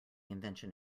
invention